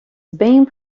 being